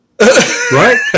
Right